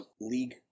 league